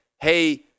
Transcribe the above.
hey